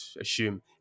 assume